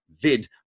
vid